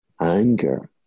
anger